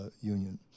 Union